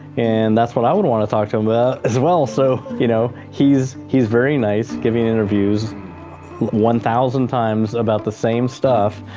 and that's what i would wanna talk to him about as well! so, you know, he's he's very nice, giving interviews one thousand times about the same stuff,